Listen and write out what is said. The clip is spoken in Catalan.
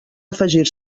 afegir